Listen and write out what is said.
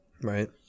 Right